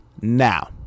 now